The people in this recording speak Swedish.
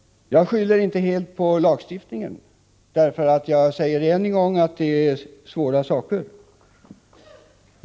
Jag skyller inte helt på lagstiftningen. Jag säger än en gång att det är svåra saker det är fråga om.